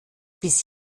bis